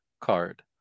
card